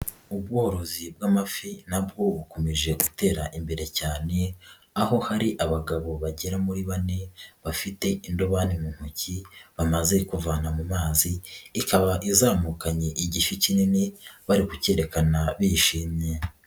Ubworozi bw'amafi nabwo bukomeje gutera imbere cyane, aho hari abagabo bagera muri bane bafite indobani mu ntoki bamaze kuvana mu mazi, ikaba izamukanye igifi kinini bari kukerekana bishimye.